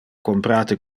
comprate